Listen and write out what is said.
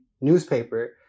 newspaper